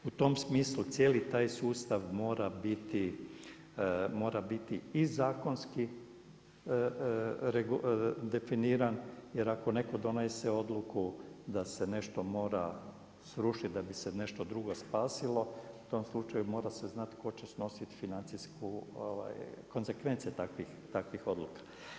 U tom smislu cijeli taj sustav mora biti i zakonski definiran, jer ako netko donese odluku da se nešto mora srušiti da bi se nešto drugo spasilo, u tom slučaju mora se znati tko će snositi financijsku, konsekvence takvih odluka.